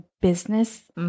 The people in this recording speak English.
business